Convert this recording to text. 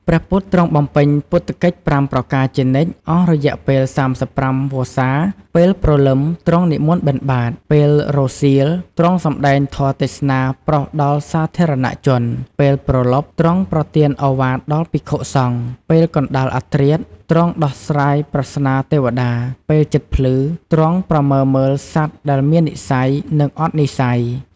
ព្រះពុទ្ធទ្រង់បំពេញពុទ្ធកិច្ច ៥ ប្រការជានិច្ច អស់រយៈពេល ៣៥ វស្សា៖ ពេលព្រលឹម ទ្រង់និមន្តបិណ្ឌបាត, ពេលរសៀល ទ្រង់សំដែងធម៌ទេសនាប្រោសដល់សាធារណជន, ពេលព្រលប់ ទ្រង់ប្រទានឱវាទដល់ភិក្ខុសង្ឃ ពេលកណ្តាលអធ្រាត្រ ទ្រង់ដោះស្រាយប្រស្នាទេវតា, ពេលជិតភ្លឺ ទ្រង់ប្រមើមើលសត្វដែលមាននិស្ស័យ និងអត់និស្ស័យ។